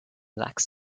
lacks